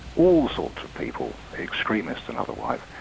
all sorts of people, extremists and otherwise,